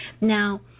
Now